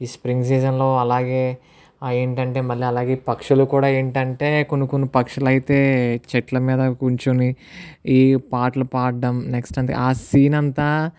ఈ spring season లో అలాగే ఏంటంటే మళ్ళీ అలాగే ఈ పక్షులు కూడా ఏంటంటే కొన్ని కొన్ని పక్షులు అయితే చెట్ల మీద కూర్చొని ఈ పాటలు పాడటం నెక్స్ట్ అది ఆ సీన్ అంతా